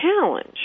challenge